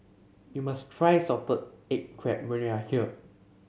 you must try Salted Egg Crab when you are here